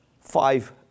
five